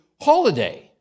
holiday